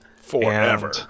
forever